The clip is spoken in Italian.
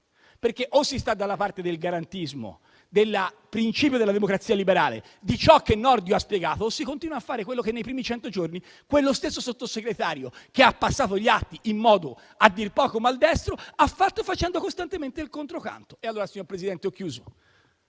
o si sta dalla parte del garantismo, del principio della democrazia liberale, di ciò che il ministro Nordio ha spiegato, o si continua a fare quello che nei primi cento giorni quello stesso Sottosegretario - che ha passato gli atti in modo a dir poco maldestro - ha fatto, facendo costantemente il controcanto. Signor Presidente, ho concluso.